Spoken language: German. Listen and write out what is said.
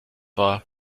war